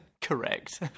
Correct